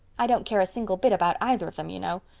i don't care a single bit about either of them, you know.